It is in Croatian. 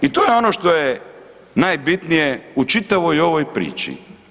I to je ono što je najbitnije u čitavoj ovoj priči.